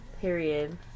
Period